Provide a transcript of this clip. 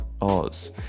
Oz